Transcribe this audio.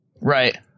Right